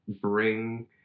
bring